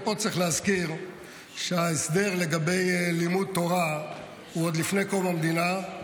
פה צריך להזכיר שההסדר לגבי לימוד תורה הוא עוד לפני קום המדינה.